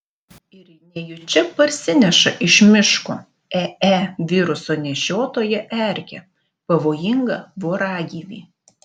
ir nejučia parsineša iš miško ee viruso nešiotoją erkę pavojingą voragyvį